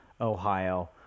Ohio